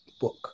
Book